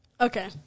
Okay